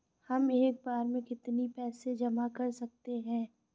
हम एक बार में कितनी पैसे जमा कर सकते हैं?